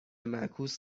معکوس